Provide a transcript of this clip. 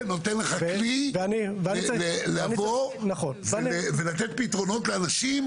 זה נותן לך כלי לבוא ולתת פתרונות לאנשים,